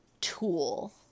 tool